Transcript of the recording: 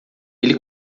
ele